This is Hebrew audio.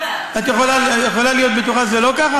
את יכולה להיות בטוחה שזה לא ככה?